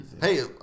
Hey